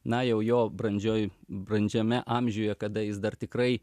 na jau jo brandžioj brandžiame amžiuje kada jis dar tikrai